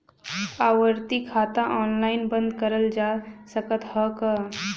आवर्ती खाता ऑनलाइन बन्द करल जा सकत ह का?